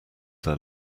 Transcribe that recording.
their